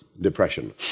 depression